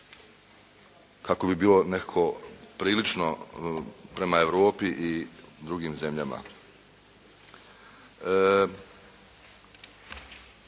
kako bi bilo nekako prilično prema Europi i drugim zemljama.